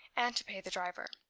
and to pay the driver.